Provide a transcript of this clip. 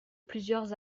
plusieurs